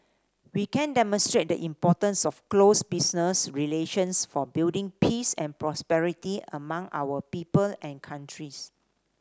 we can demonstrate the importance of close business relations for building peace and prosperity among our people and countries